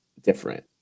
different